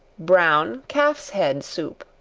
brown calf's head soup.